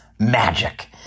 magic